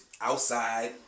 outside